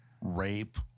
rape